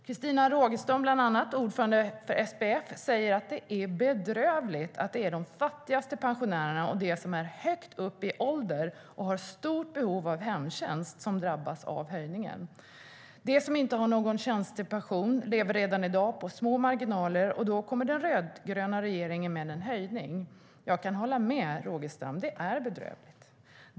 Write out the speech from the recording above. Christina Rogestam, ordförande för SPF, säger att det är bedrövligt att det är de fattigaste pensionärerna och de som är högt upp i ålder och har stort behov av hemtjänst som drabbas av höjningen. De som inte har någon tjänstepension lever redan i dag med små marginaler, och då kommer den rödgröna regeringen med en höjning. Jag kan hålla med Rogestam om att det är bedrövligt.